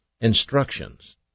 instructions